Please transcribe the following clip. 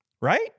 Right